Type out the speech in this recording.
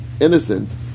innocent